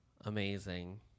amazing